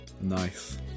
Nice